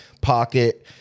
pocket